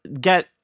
get